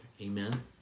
amen